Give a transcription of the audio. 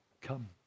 come